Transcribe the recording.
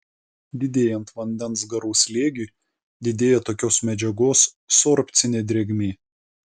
didėjant vandens garų slėgiui didėja tokios medžiagos sorbcinė drėgmė